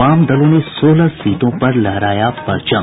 वाम दलों ने सोलह सीटों पर लहराया परचम